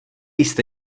jste